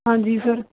ਹਾਂਜੀ ਸਰ